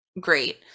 great